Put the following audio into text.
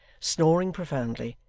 snoring profoundly,